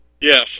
Yes